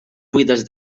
buides